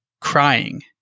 crying